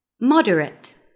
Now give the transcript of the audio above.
Moderate